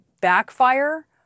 backfire